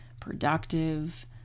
productive